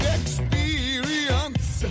experience